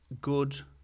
good